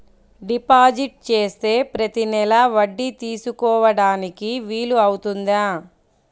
Deposit చేస్తే ప్రతి నెల వడ్డీ తీసుకోవడానికి వీలు అవుతుందా?